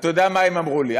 אתה יודע מה הם אמרו לי ?